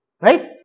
Right